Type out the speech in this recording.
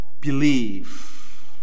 believe